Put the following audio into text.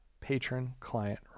patron-client